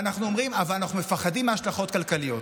ואנחנו אומרים: אבל אנחנו מפחדים מהשלכות כלכליות?